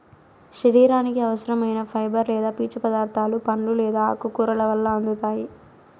శరీరానికి అవసరం ఐన ఫైబర్ లేదా పీచు పదార్థాలు పండ్లు లేదా ఆకుకూరల వల్ల అందుతాయి